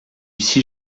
six